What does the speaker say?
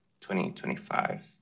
2025